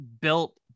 built